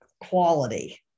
quality